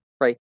right